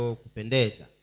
kupendeza